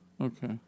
Okay